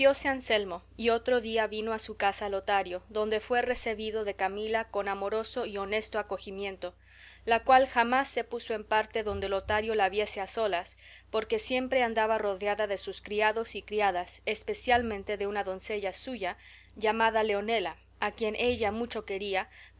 anselmo y otro día vino a su casa lotario donde fue rescebido de camila con amoroso y honesto acogimiento la cual jamás se puso en parte donde lotario la viese a solas porque siempre andaba rodeada de sus criados y criadas especialmente de una doncella suya llamada leonela a quien ella mucho quería